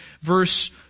verse